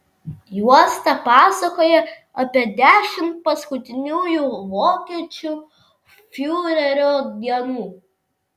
juosta pasakoja apie dešimt paskutiniųjų vokiečių fiurerio dienų